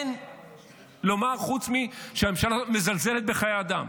אין מה לומר חוץ מזה שהממשלה הזאת מזלזלת בחיי אדם.